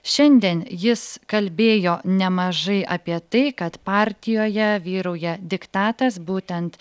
šiandien jis kalbėjo nemažai apie tai kad partijoje vyrauja diktatas būtent